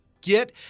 get